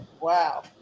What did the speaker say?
Wow